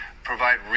provide